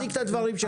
תציג את הדברים שלך.